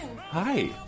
Hi